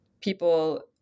people